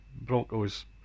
Broncos